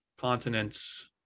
Continents